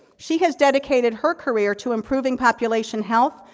she has dedicated her career to improving population health,